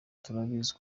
turabizi